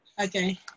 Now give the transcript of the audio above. Okay